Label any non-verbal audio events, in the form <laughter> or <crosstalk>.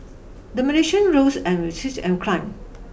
the Malaysian ringgit rose and <unintelligible> climbed